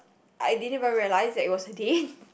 I didn't even realise that it was a date